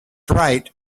right